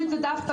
זה הוזכר